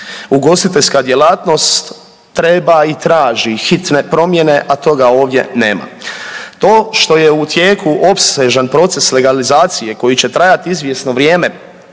Ugostiteljska djelatnost treba i traži hitne promjene, a toga ovdje nema. To što je u tijeku opsežan proces legalizacije koji će trajati izvjesno vrijeme,